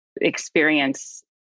experience